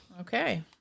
okay